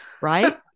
right